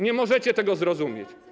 Nie możecie tego zrozumieć.